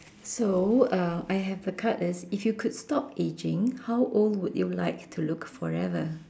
so uh I have a card is if you could stop ageing how old would you like to look forever